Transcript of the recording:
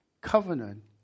covenant